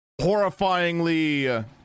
horrifyingly